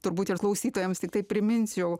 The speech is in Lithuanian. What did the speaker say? turbūt ir klausytojams tiktai priminsiu jau